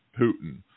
putin